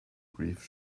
grief